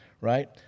right